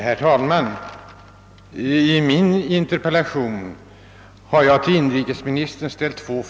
Herr talman! I min interpellation har jag ställt två frågor till inrikesministern.